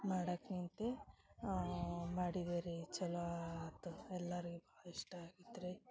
ಮಾಡಾಕೆ ನಿಂತೆ ಮಾಡಿದೆ ರೀ ಚಲೋ ಅತು ಎಲ್ಲಾರಿಗೆ ಬ್ ಇಷ್ಟ ಆಗಿತ್ತು ರೀ